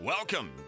Welcome